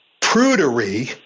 prudery